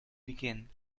begin